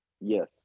yes